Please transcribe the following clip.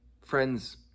Friends